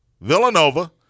Villanova